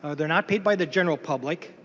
ah they're not paid by the general public.